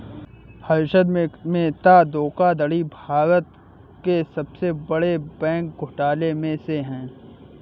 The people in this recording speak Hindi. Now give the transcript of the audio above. हर्षद मेहता धोखाधड़ी भारत के सबसे बड़े बैंक घोटालों में से है